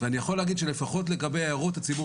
ואני יכול להגיד שלפחות לגבי הערות הציבור